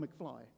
McFly